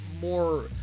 more